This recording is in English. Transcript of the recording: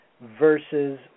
versus